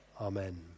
Amen